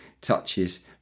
touches